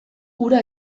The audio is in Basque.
hura